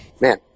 Man